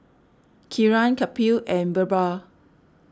Kiran Kapil and Birbal